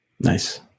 Nice